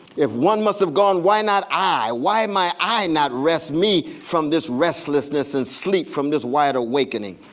if one must have gone, why not i? why my i, not rest me from this restlessness and sleep from this wide awakening?